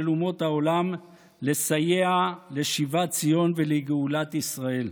אומות העולם לסייע לשיבת ציון ולגאולת ישראל,